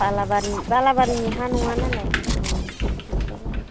बालाबारि बालाबारिनि हा नङा नालाय गैथारा